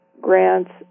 grants